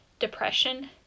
depression